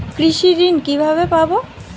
কৃষি ঋন কিভাবে পাব?